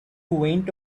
went